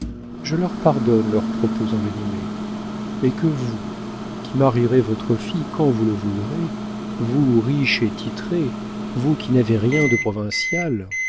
je leur pardonne leurs propos envenimés mais que vous qui marierez votre fille quand vous le voudrez vous riche et titrée vous qui n'avez rien de provincial